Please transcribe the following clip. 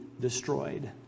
destroyed